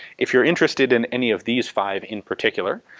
if you're interested in any of these five in particular,